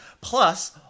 Plus